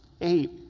eight